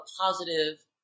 positive